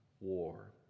war